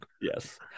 yes